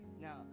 Now